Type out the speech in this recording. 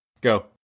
Go